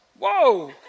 whoa